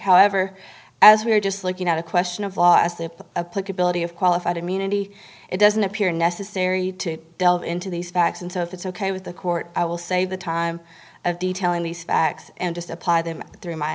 however as we are just looking at a question of law is there a plug ability of qualified immunity it doesn't appear necessary to delve into these facts and so if it's ok with the court i will say the time of detail in these facts and just apply them through my